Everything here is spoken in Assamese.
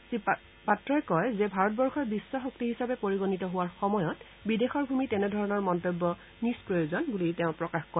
শ্ৰী পাত্ৰই কয় যে ভাৰতবৰ্ষই বিশ্বশক্তি হিচাপে পৰিগণিত হোৱাৰ সময়ত বিদেশৰ ভূমিত এনেধৰণৰ মন্তব্য নিস্প্ৰোয়জন বুলি তেওঁ প্ৰকাশ কৰে